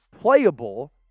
playable